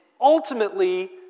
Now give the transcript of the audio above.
Ultimately